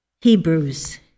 Hebrews